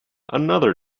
another